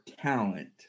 talent